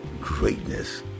Greatness